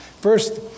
First